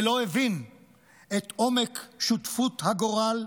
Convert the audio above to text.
ולא הבין את עומק שותפות הגורל,